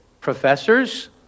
professors